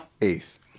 Eighth